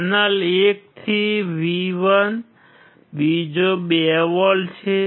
channel 1 થી V1 બીજો 2 volt છે